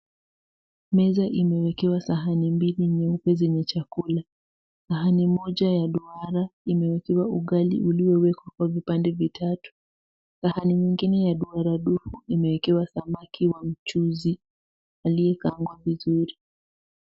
Meza imewekewa sahani mbili zenye chakula, sahani moja ya duara imewekwa ugali uliowekwa kwa vipande vitatu, sahani nyingine ya duara dufu imewekewa samaki wa mchuzi aliyekaangwa vizuri.